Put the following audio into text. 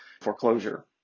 foreclosure